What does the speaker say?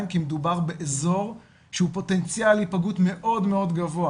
כי מדובר באזור שהוא פוטנציאל להיפגעות מאוד גבוה,